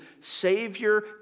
Savior